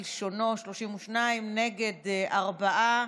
בעד סעיף 1 כלשונו, 32, נגד, ארבעה,